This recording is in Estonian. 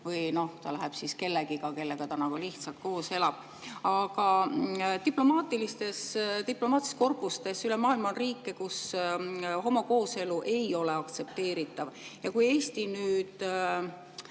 või ta läheb kellegagi, kellega ta lihtsalt koos elab. Aga diplomaatilistes korpustes üle maailma on riike, kus homokooselu ei ole aktsepteeritav. Kui Eesti nüüd